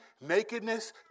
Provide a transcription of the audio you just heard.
nakedness